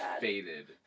faded